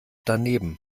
daneben